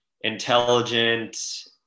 intelligent